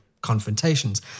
confrontations